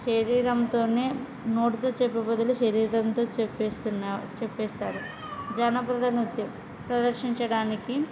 శరీరంతో నోటితో చెప్పే బదులు శరీరంతో చెప్పేస్తున్న చెప్తారు జానపద నృత్యం ప్రదర్శించడానికి